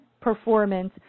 performance